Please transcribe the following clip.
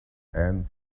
ants